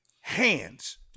Hands